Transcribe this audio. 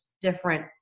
different